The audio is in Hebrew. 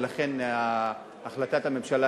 ולכן החלטת הממשלה,